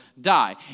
die